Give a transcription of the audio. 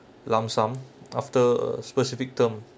lump sum after a specific term